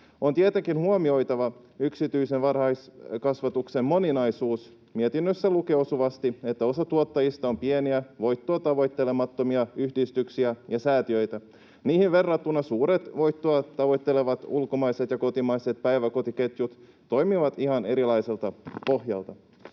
On tietenkin huomioitava yksityisen varhaiskasvatuksen moninaisuus. Mietinnössä lukee osuvasti, että osa tuottajista on pieniä, voittoa tavoittelemattomia yhdistyksiä ja säätiöitä. Niihin verrattuna suuret, voittoa tavoittelevat ulkomaiset ja kotimaiset päiväkotiketjut toimivat ihan erilaiselta pohjalta.